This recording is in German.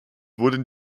wurden